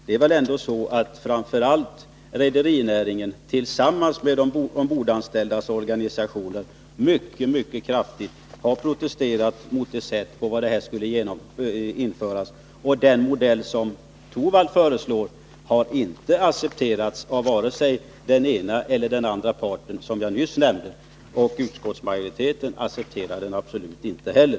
Det är framför allt rederinäringen tillsammans med de ombordanställdas organisationer som har protesterat mycket kraftigt mot det sätt på vilket den här avgiften skulle införas. Den modell som herr Torwald föreslår har inte accepterats av vare sig den ena eller den andra parten, som jag nyss nämnde, och utskottsmajoriteten accepterar den absolut inte heller.